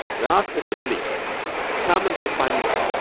and ask mr. bleke to come and sit by me.